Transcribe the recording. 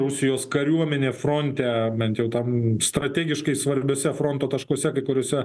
rusijos kariuomenė fronte bent jau tam strategiškai svarbiuose fronto taškuose kai kuriuose